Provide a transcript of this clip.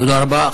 תודה רבה.